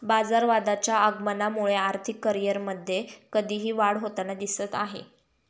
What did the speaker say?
बाजारवादाच्या आगमनामुळे आर्थिक करिअरमध्ये कधीही वाढ होताना दिसत आहे